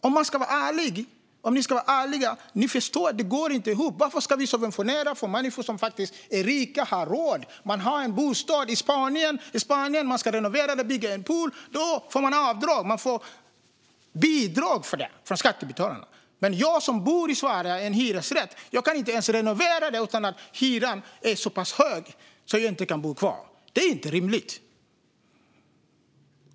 Om ni är ärliga förstår ni att det inte går ihop. Varför ska vi subventionera för människor som är rika och har råd? Om man har en bostad i Spanien och ska renovera eller bygga en pool får man göra avdrag och får bidrag från skattebetalarna. Men jag, som bor i en hyresrätt i Sverige, kan inte ens renovera den utan att hyran blir så pass hög att jag inte kan bo kvar. Det är inte rimligt.